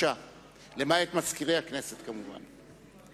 למעט מזכירי הכנסת, כמובן.